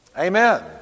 Amen